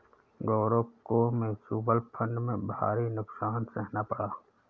गौरव को mutual fund में भारी नुकसान सहना पड़ा